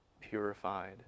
purified